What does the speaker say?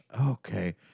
Okay